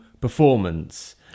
performance